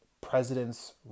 Presidents